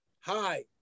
Hi